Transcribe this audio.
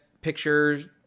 pictures